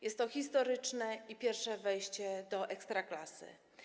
Jest to jej historyczne, pierwsze wejście do Ekstraklasy.